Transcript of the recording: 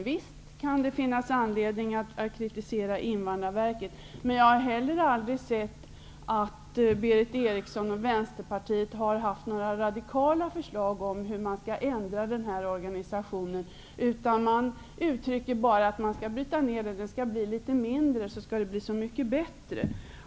Visst kan det finnas anledning att kritisera Invandrarverket, men jag har aldrig hört att Berith Eriksson och Vänsterpartiet skulle ha haft några radikala förslag om hur man skall ändra den här organisationen. Man uttrycker bara att organisationen skall brytas ner, den skall bli mycket mindre och då skall det bli så mycket bättre.